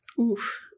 Oof